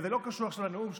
וזה לא קשור עכשיו לנאום שלי,